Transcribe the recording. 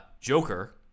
Joker